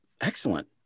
Excellent